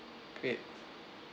great